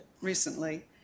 recently